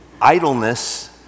idleness